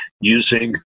using